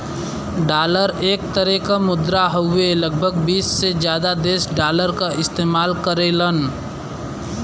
dollar एक तरे क मुद्रा हउवे लगभग बीस से जादा देश डॉलर क इस्तेमाल करेलन